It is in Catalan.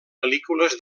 pel·lícules